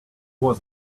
was